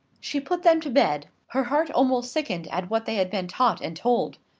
she put them to bed, her heart almost sickened at what they had been taught and told.